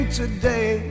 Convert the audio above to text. today